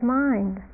mind